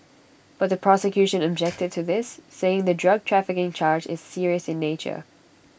but the prosecution objected to this saying the drug trafficking charge is serious in nature